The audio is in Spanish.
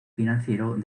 financiero